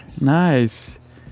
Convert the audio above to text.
nice